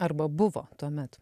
arba buvo tuomet